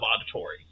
Auditory